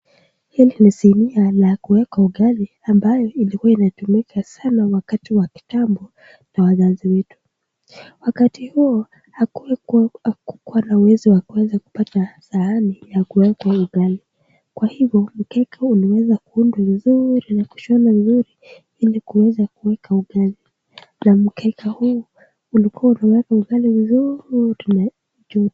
Hili ni sinia ya kuweka ugali ambayo ilikuwa inatumika sana wakati wa kitambo na wazazi wetu, wakati huo hakukuwa na uwezo wa kuweza kupata sahani ya kuweka ugali. Kwa hivyo mkeka huu uliweza kuundwa vizuri na kushonwa vizuri ili kuweza kuweka ugali, na mkeka huu ulikuwa unaweka ugali vizuri juu.